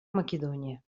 македония